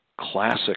classic